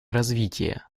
развития